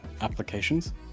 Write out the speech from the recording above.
applications